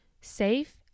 safe